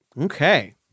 Okay